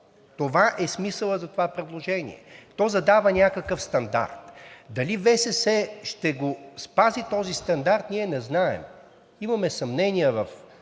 това е смисълът на това предложение. То задава някакъв стандарт. Дали ВСС ще го спази този стандарт, ние не знаем – имаме съмнение в